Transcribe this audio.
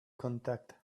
contact